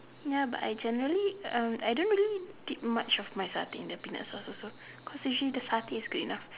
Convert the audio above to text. ya but I generally um I don't really dip much of my satay in the peanut sauce also cause usually the satay is good enough